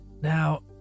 Now